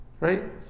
right